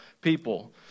people